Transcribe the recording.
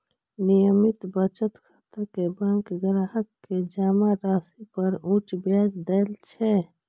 नियमित बचत खाता मे बैंक ग्राहक कें जमा राशि पर उच्च ब्याज दै छै